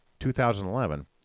2011